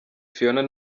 phionah